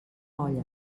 olla